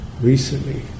recently